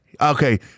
okay